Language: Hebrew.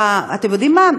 אתם יודעים מה,